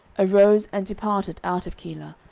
arose and departed out of keilah,